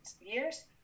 years